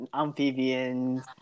amphibians